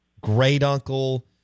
great-uncle